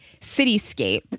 cityscape